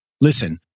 listen